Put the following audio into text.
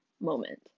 moment